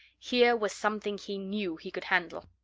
here was something he knew he could handle.